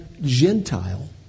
Gentile